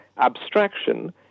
abstraction